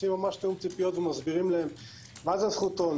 עושים ממש תיאום ציפיות ומסבירים להם מה זה זכותון,